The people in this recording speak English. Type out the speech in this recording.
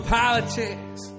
politics